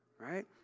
right